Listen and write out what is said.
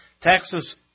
Texas